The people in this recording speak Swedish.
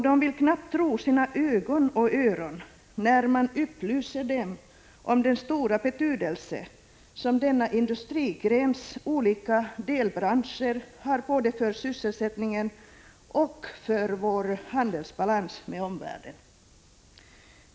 De vill knappt tro sina öron när man upplyser dem om den stora betydelse som denna industrigrens olika delbranscher har både för sysselsättningen och för vår handelsbalans gentemot omvärlden.